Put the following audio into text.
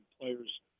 players